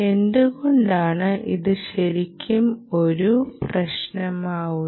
എന്തുകൊണ്ടാണ് ഇത് ശരിക്കും ഒരു പ്രശ്നമാവുന്നത്